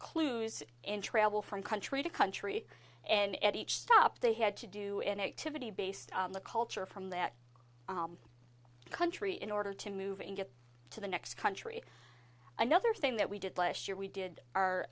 clues in travel from country to country and at each stop they had to do an activity based on the culture from that country in order to move and get to the next country another thing that we did last year we did our